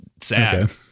sad